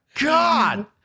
God